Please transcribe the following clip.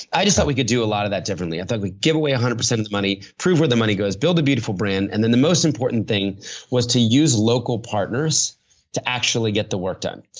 i just thought we could do a lot of that differently. i thought we'd give away one hundred percent of the money, prove where the money goes, build a beautiful brand and then, the most important thing was to use local partners to actually get the work done.